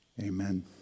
Amen